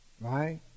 right